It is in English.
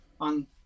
on